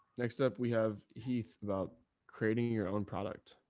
next up we have heath about creating your own product.